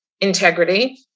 integrity